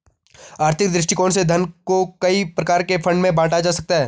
आर्थिक दृष्टिकोण से धन को कई प्रकार के फंड में बांटा जा सकता है